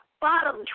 bottom